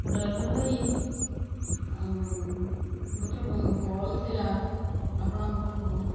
driver ଭାଇ ଗୋଟେ call ଥିଲା ଆପଣଙ୍କ ପାଖକୁ